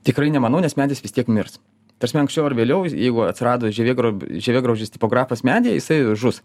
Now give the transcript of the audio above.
tikrai nemanau nes medis vis tiek mirs ta prasme anksčiau ar vėliau jeigu atsirado žievėgrob žievėgraužis tipografas medyje jisai žus